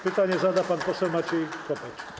Pytanie zada pan poseł Maciej Kopiec.